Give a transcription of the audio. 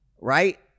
right